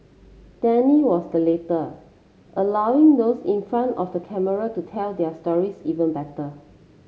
Danny was the latter allowing those in front of the camera to tell their stories even better